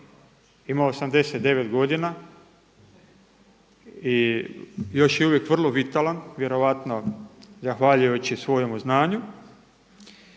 ima 89 godina i još je uvijek vrlo vitalan vjerojatno zahvaljujući svojemu znanju.